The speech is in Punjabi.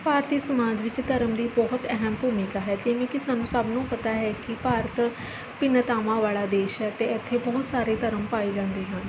ਭਾਰਤੀ ਸਮਾਜ ਵਿੱਚ ਧਰਮ ਦੀ ਬਹੁਤ ਅਹਿਮ ਭੂਮਿਕਾ ਹੈ ਜਿਵੇਂ ਕਿ ਸਾਨੂੰ ਸਭ ਨੂੰ ਪਤਾ ਹੈ ਕਿ ਭਾਰਤ ਭਿੰਨਤਾਵਾਂ ਵਾਲ਼ਾ ਦੇਸ਼ ਹੈ ਅਤੇ ਇੱਥੇ ਬਹੁਤ ਸਾਰੇ ਧਰਮ ਪਾਏ ਜਾਂਦੇ ਹਨ